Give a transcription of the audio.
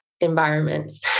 environments